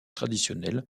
traditionnelle